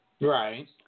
Right